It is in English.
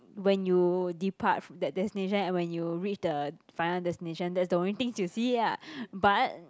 when you depart fr~ that destination and when you reach the final destination that's the only things you see ah but